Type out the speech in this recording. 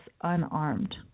unarmed